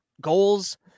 goals